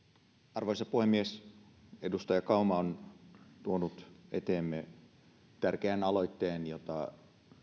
arvoisa puhemies edustaja kauma on tuonut eteemme tärkeän aloitteen jota